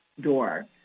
door